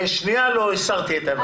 לשנייה לא הסרתי את עיניי.